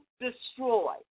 destroy